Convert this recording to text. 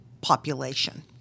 population